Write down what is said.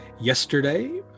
yesterday